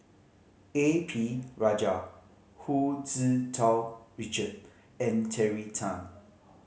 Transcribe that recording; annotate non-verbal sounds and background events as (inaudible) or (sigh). A P Rajah Hu (unintelligible) Tau Richard and Terry Tan